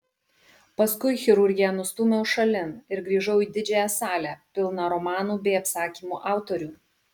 paskui chirurgiją nustūmiau šalin ir grįžau į didžiąją salę pilną romanų bei apsakymų autorių